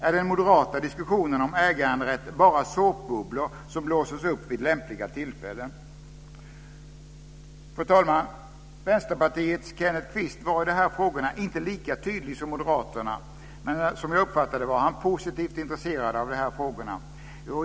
Är den moderata diskussionen om äganderätt bara såpbubblor som blåses upp vid lämpliga tillfällen? Fru talman! Vänsterpartiets Kenneth Kvist var i de här frågorna inte lika tydlig som moderaterna, men som jag uppfattade det var han positivt intresserad av frågorna.